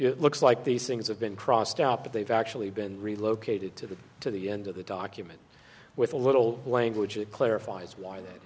it looks like these things have been crossed out but they've actually been relocated to the to the end of the document with a little language that clarifies why that